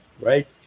right